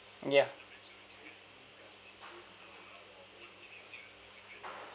ya